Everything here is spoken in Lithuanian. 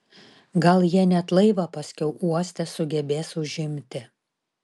gal jie net laivą paskiau uoste sugebės užimti